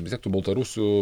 vis tiek tų baltarusių